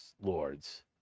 lords